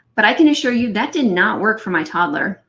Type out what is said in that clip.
but i can assure you that did not work for my toddler.